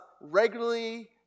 regularly